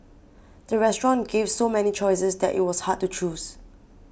the restaurant gave so many choices that it was hard to choose